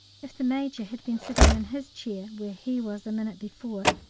if the major had been sitting in his chair where he was a minute before,